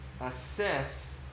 assess